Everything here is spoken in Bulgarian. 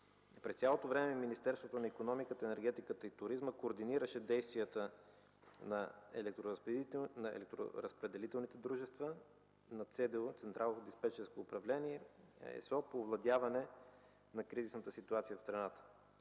През цялото време Министерството на икономиката, енергетиката и туризма координираше действията на електроразпределителните дружества, на Централно диспечерско управление по овладяване на кризисната ситуация в България.